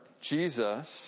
Jesus